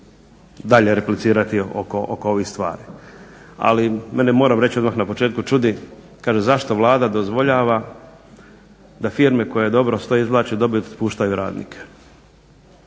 dalje replicirati oko ovih stvari. Ali, mene moram reći odmah na početku čudi kaže zašto Vlada dozvoljava da firme koje dobro stoje izvlače dobit i otpuštaju radnike?